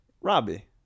Robbie